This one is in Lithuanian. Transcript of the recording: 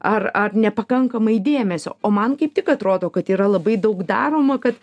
ar ar nepakankamai dėmesio o man kaip tik atrodo kad yra labai daug daroma kad